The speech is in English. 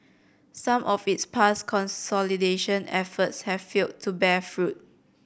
some of its past consolidation efforts have failed to bear fruit